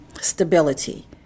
stability